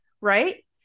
right